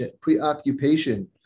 preoccupation